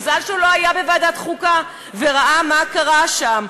מזל שהוא לא היה בוועדת החוקה וראה מה קרה שם.